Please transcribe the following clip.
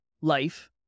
life